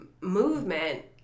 movement